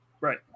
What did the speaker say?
Right